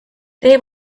they